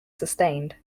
sustained